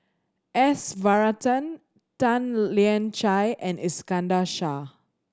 S Varathan Tan Lian Chye and Iskandar Shah